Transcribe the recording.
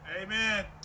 Amen